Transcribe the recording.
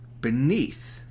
beneath